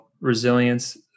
resilience